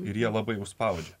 ir jie labai užspaudžia